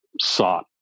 sought